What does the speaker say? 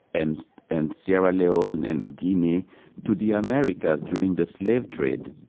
and and sierra leone and guinea to the americas during the slave trade.